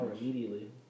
immediately